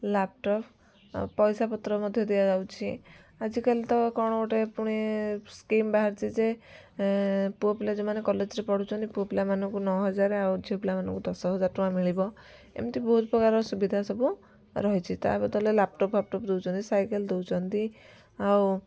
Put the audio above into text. laptop ଆଉ ପଇସା ପତ୍ର ମଧ୍ୟ ଦିଆଯାଉଛି ଆଜିକାଲି ତ ଗୋଟେ କ'ଣ ପୁଣି ସ୍କିମ୍ ବାହାରିଛି ଯେ ପୁଅପିଲା ଯେଉଁମାନେ କଲେଜରେ ପଢ଼ୁଛନ୍ତି ପୁଅ ପିଲାମାନଙ୍କୁ ନଅ ହଜାର ଆଉ ଝିଅ ପିଲାମାନଙ୍କୁ ଦଶହଜାର ଟଙ୍କା ମିଳିବ ଏମିତି ବହୁତ ପ୍ରକାର ସୁବିଧା ସବୁ ରହିଛି ତା'ଭିତରେ ଲ୍ୟାପଟପ୍ ଫାପଟପ୍ ଦେଉଛନ୍ତି ସାଇକେଲ ଦେଉଛନ୍ତି ଆଉ